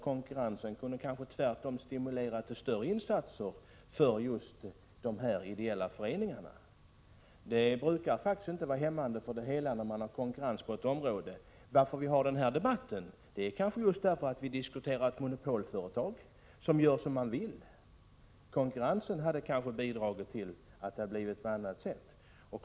Konkurrensen kunde kanske tvärtom stimulera till större insatser för just de ideella föreningarna. Det brukar faktiskt inte vara hämmande för helheten att ha konkurrens på ett område. Att vi har den här debatten kanske just är därför att vi diskuterar ett monopolföretag, som gör som det vill. Konkurrensen kunde ha bidragit till ett annat resultat.